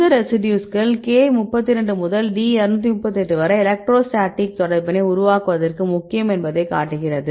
இந்த ரெசிடியூஸ்கள் K32 முதல் D238 வரை எலக்ட்ரோஸ்டாட்டிக் தொடர்பினை உருவாக்குவதற்கு முக்கியம் என்பதை காட்டுகிறது